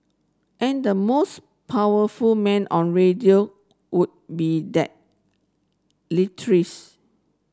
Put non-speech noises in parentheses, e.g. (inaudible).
and the most powerful man on radio would be that (unintelligible)